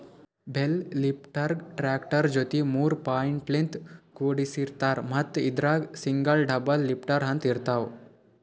bale ಲಿಫ್ಟರ್ಗಾ tractor ಜೊತಿ ಮೂರ್ ಪಾಯಿಂಟ್ಲಿನ್ತ್ ಕುಡಸಿರ್ತಾರ್ ಮತ್ತ್ ಇದ್ರಾಗ್ ಸಿಂಗಲ್ ಡಬಲ್ ಲಿಫ್ಟರ್ ಅಂತ್ ಇರ್ತವ್